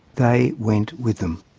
they went with them.